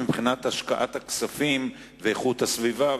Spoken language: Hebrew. מבחינת השקעת הכספים ואיכות הסביבה,